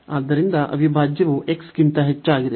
ಆದ್ದರಿಂದ ಅವಿಭಾಜ್ಯವು x ಗಿಂತ ಹೆಚ್ಚಾಗಿದೆ